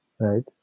Right